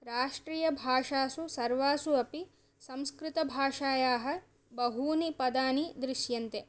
राष्ट्रीयभाषासु सर्वासु अपि संस्कृतभाषायाः बहूनि पदानि दृश्यन्ते